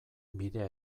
bidea